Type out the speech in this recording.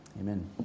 Amen